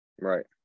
Right